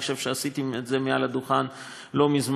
אני חושב שעשיתי את זה מעל הדוכן לא מזמן,